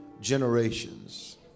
generations